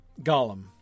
Gollum